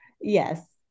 yes